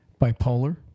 Bipolar